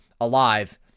alive